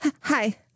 Hi